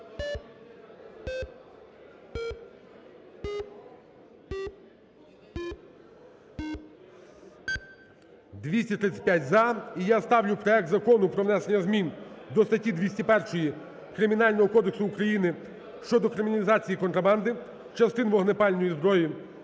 За-235 І я ставлю проект Закону про внесення змін до статті 201 Кримінального кодексу України щодо криміналізації контрабанди частин вогнепальної зброї